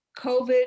COVID